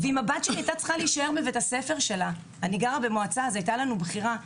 אני גרה במועצה והיתה לנו בחירה,